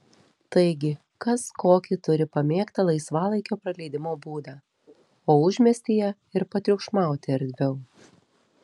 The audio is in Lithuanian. taigi kas kokį turi pamėgtą laisvalaikio praleidimo būdą o užmiestyje ir patriukšmauti erdviau